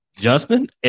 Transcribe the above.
Justin